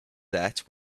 that